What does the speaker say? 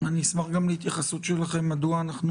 אשמח גם להתייחסות שלכם מדוע אנחנו